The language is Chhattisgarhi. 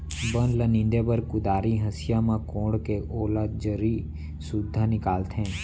बन ल नींदे बर कुदारी, हँसिया म कोड़के ओला जरी सुद्धा निकालथें